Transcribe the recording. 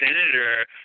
senator